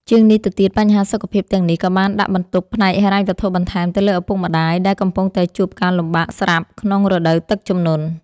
ជាងនេះទៅទៀត បញ្ហាសុខភាពទាំងនេះក៏បានដាក់បន្ទុកផ្នែកហិរញ្ញវត្ថុបន្ថែមទៅលើឪពុកម្តាយ ដែលកំពុងតែជួបការលំបាកស្រាប់ក្នុងរដូវទឹកជំនន់។